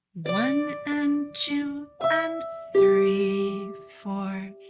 one and two and three four.